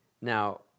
Now